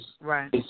Right